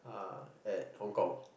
uh at Hong-Kong